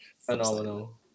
Phenomenal